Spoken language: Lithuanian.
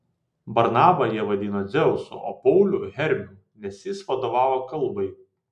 barnabą jie vadino dzeusu o paulių hermiu nes jis vadovavo kalbai